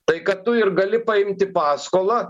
tai kad tu ir gali paimti paskolą